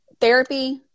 therapy